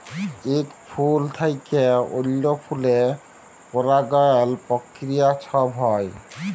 ইক ফুল থ্যাইকে অল্য ফুলে পরাগায়ল পক্রিয়া ছব হ্যয়